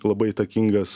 labai įtakingas